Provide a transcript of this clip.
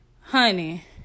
Honey